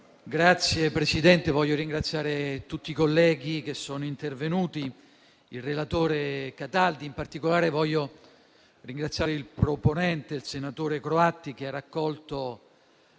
Signor Presidente, voglio ringraziare tutti i colleghi che sono intervenuti, e il relatore Cataldi. In particolare voglio ringraziare il proponente, il senatore Croatti, che ha raccolto